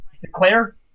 declare